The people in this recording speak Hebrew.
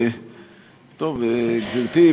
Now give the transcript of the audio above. גברתי,